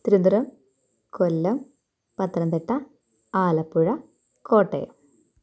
Thiruvananthapuram Kollam Pathanamthitta Alappuzha Kottayam